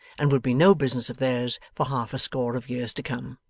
and would be no business of theirs for half a score of years to come.